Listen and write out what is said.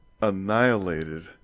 annihilated